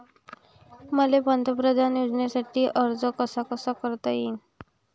मले पंतप्रधान योजनेसाठी अर्ज कसा कसा करता येईन?